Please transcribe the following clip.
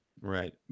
Right